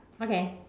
okay